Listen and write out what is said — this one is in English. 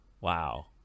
Wow